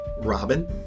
robin